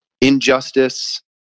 injustice